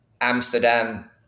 Amsterdam